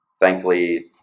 thankfully